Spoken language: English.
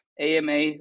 AMA